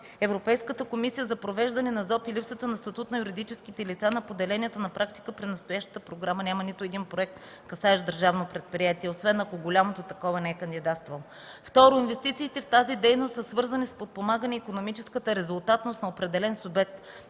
за обществените поръчки (ЗОП) и липсата на статут на юридическите лица на поделенията на практика при настоящата програма няма нито един проект, касаещ държавно предприятие, освен ако голямото такова не е кандидатствало. Второ, инвестициите в тази дейност са свързани с подпомагане икономическата резултатност на определен субект.